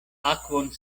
akvon